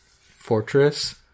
fortress